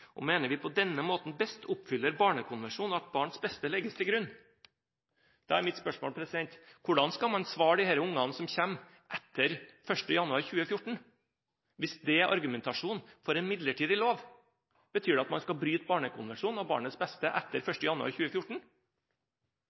og mener vi på denne måten best oppfyller barnekonvensjonen og at barns beste legges til grunn.» Da er mitt spørsmål: Hvordan skal man svare de ungene som kommer etter 1. januar 2014, hvis dette er argumentasjonen for en midlertidig lov? Betyr det at man skal bryte Barnekonvensjonen og barnets beste etter 1. januar 2014?